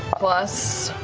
plus.